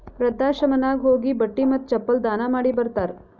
ವೃದ್ಧಾಶ್ರಮನಾಗ್ ಹೋಗಿ ಬಟ್ಟಿ ಮತ್ತ ಚಪ್ಪಲ್ ದಾನ ಮಾಡಿ ಬರ್ತಾರ್